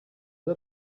del